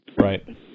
Right